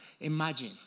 Imagine